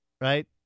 Right